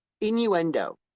innuendo